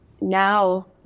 now